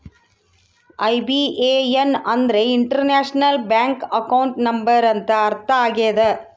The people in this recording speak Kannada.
ಐ.ಬಿ.ಎ.ಎನ್ ಅಂದ್ರೆ ಇಂಟರ್ನ್ಯಾಷನಲ್ ಬ್ಯಾಂಕ್ ಅಕೌಂಟ್ ನಂಬರ್ ಅಂತ ಅರ್ಥ ಆಗ್ಯದ